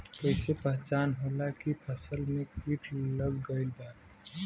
कैसे पहचान होला की फसल में कीट लग गईल बा?